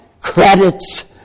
credits